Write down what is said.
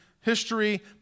history